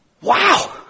Wow